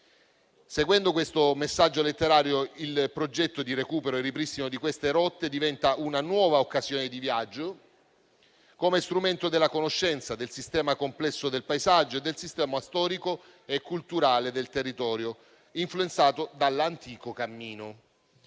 Seguendo questo messaggio letterario, il progetto di recupero e ripristino di queste rotte diventa una nuova occasione di viaggio come strumento della conoscenza del sistema complesso del paesaggio e del sistema storico e culturale del territorio, influenzato dall'antico cammino.